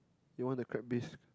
you want the crab bisque